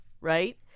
right